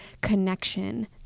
connection